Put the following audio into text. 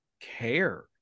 care